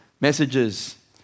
messages